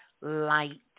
light